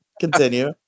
Continue